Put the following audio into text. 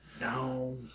No